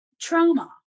trauma